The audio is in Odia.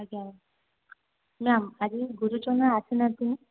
ଆଜ୍ଞା ମ୍ୟାମ ଆଜି ଗୁରୁ ଚରଣ ଆସିନାହାଁନ୍ତି